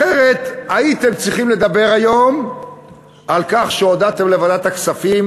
אחרת הייתם צריכים לדבר היום על כך שהודעתם לוועדת הכספים